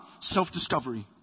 self-discovery